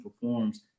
performs